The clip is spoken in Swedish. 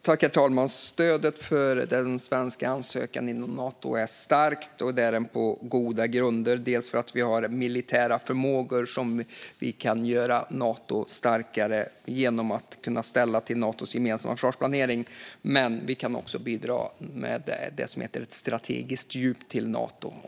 Herr talman! Stödet för den svenska ansökan är starkt inom Nato, och det är den på goda grunder. Dels har vi militära förmågor som kan användas för att göra Nato starkare genom att de ställs till förfogande för Natos gemensamma försvarsplanering, dels kan vi bidra med ett strategiskt djup till Nato.